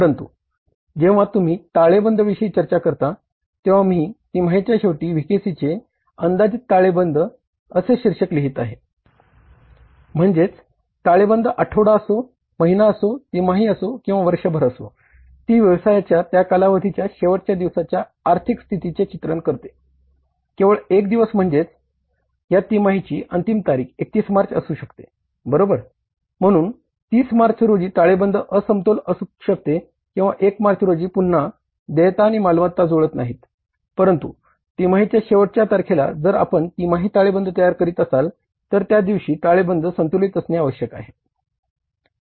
परंतु जेव्हा तुम्ही ताळेबंद विषयी चर्चा करता तेव्हा मी तिमाहीच्या शेवटी व्हीकेसीचे अंदाजित ताळेबंद असणे आवश्यक आहे